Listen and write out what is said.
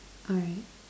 alright